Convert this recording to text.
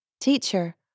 Teacher